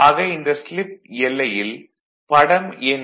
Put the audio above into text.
ஆக இந்த ஸ்லிப் எல்லையில் படம் எண்